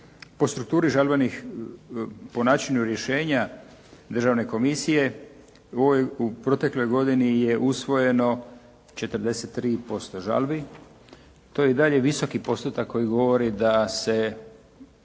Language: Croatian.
Po strukturi žalbenih, po načinu rješenja Državne komisije u protekloj godini je usvojeno 43% žalbi. To je i dalje visoki postotak koji govori da se